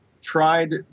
tried